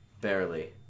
Barely